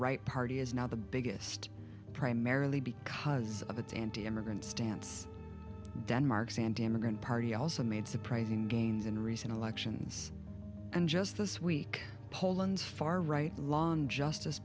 right party is now the biggest primarily because of its anti immigrant stance denmark's and immigrant party also made surprising gains in recent elections and just this week poland's far right long justice